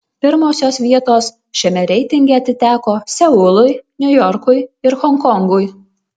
pirmosios vietos šiame reitinge atiteko seului niujorkui ir honkongui